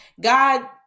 god